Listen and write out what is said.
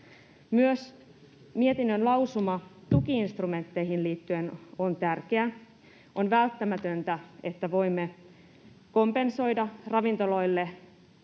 Myös mietinnön lausuma liittyen tuki-instrumentteihin on tärkeä. On välttämätöntä, että voimme kompensoida ravintoloille